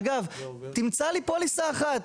אגב תמצא לי פוליסה אחת